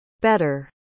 Better